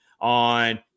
on